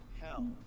Hell